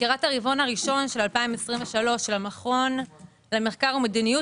מסקירת הרבעון הראשון של 2023 של המכון למחקר ומדיניות